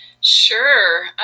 Sure